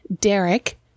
Derek